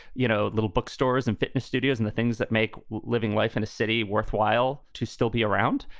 you know, little bookstores and fitness studios and the things that make living life in a city worthwhile to still be around.